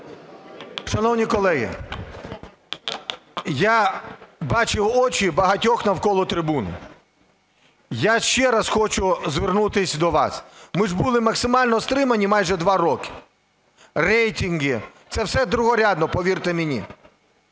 Шановні колеги, я бачив очі багатьох навколо трибуни, я ще раз хочу звернутись до вас. Ми ж були максимально стримані майже два роки. Рейтинги – це все другорядно, повірте мені.